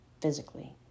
physically